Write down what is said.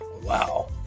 wow